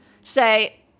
say